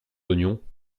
oignons